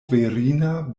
virina